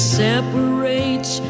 separates